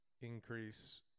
increase